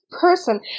person